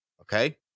Okay